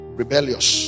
rebellious